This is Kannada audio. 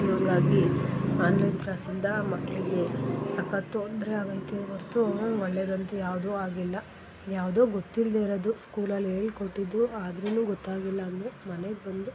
ಹಂಗಾಗಿ ಆನ್ಲೈನ್ ಕ್ಲಾಸಿಂದ ಮಕ್ಕಳಿಗೆ ಸಖತ್ತು ತೊಂದರೆ ಆಗೈತೆ ಹೊರ್ತು ಒಳ್ಳೆಯದಂತೂ ಯಾವುದೂ ಆಗಿಲ್ಲ ಯಾವುದೋ ಗೊತ್ತಿಲ್ಲದೇ ಇರೋದು ಸ್ಕೂಲಲ್ಲಿ ಹೇಳ್ಕೊಟ್ಟಿದ್ದು ಆದ್ರೂ ಗೊತ್ತಾಗಿಲ್ಲ ಅಂದರೂ ಮನೆಗೆ ಬಂದು